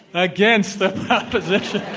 against the proposition.